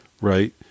right